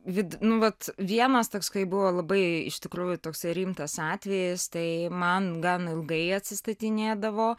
nu vat vienas toks kai buvo labai iš tikrųjų toks rimtas atvejis tai man gan ilgai atsistaitinėdavo